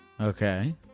Okay